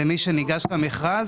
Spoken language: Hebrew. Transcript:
לא צריך להיות כזה נחמד.